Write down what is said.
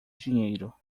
dinheiro